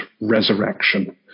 resurrection